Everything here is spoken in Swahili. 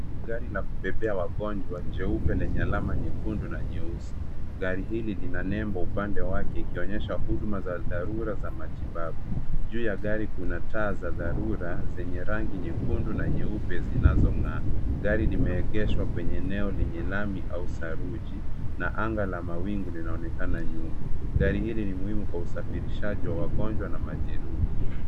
Gari la kubebea wagonjwa, jaupe lenye alama nyekundu na nyeusi. Gari hili lina nembo upande wake ikionyesha huduma za dharura za matibabu. Juu ya gari kuna taa za dharura, zenye rangi nyekundu na nyeupe zinazong'aa. Gari limeegeshwa kwenye eneo lenye lami au saruji na anga la mawingu linaonekana nyuma. Gari hili ni muhimu kwa usafirishaji wa wagonjwa na majeruhi.